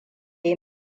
yi